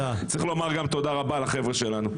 צריך לומר גם תודה רבה לחבר'ה שלנו.